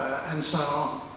and so